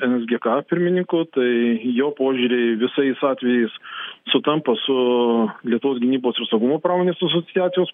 nsgk pirmininku tai jo požiūriai visais atvejais sutampa su lietuvos gynybos ir saugumo pramonės asociacijos